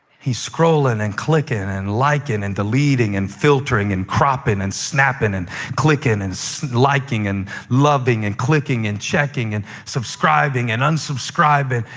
he's scrolling and clicking and liking like and and deleting and filtering and cropping and snapping and clicking and so liking and loving and clicking and checking and subscribing and unsubscribing,